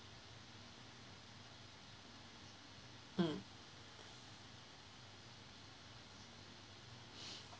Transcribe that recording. mm